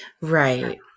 Right